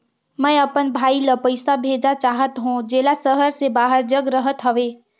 मैं अपन भाई ल पइसा भेजा चाहत हों, जेला शहर से बाहर जग रहत हवे